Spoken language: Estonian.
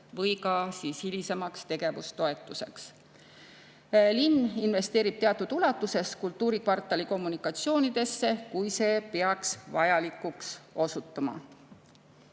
ja ka hilisemaks tegevustoetuseks. Linn investeerib teatud ulatuses kultuurikvartali kommunikatsioonidesse, kui see peaks vajalikuks osutuma.